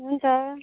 हुन्छ